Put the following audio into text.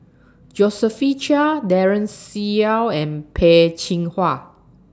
Josephine Chia Daren Shiau and Peh Chin Hua